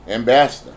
Ambassador